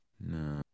no